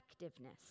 effectiveness